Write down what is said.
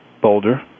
Boulder